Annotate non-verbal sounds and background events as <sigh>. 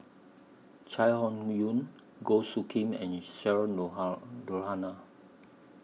Chai Hon Yoong Goh Soo Khim and Cheryl <unintelligible> Noronha